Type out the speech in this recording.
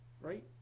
right